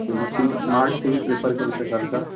okay मग तुम्ही smart T V prefer करू शकाल का